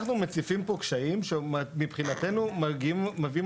אנחנו מציפים פה קשיים שמבחינתנו מביאים